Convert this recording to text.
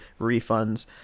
refunds